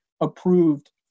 approved